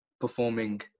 performing